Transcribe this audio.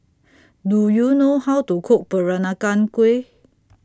Do YOU know How to Cook Peranakan Kueh